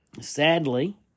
Sadly